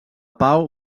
pau